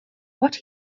what